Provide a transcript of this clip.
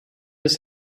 this